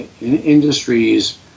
industries